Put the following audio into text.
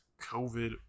COVID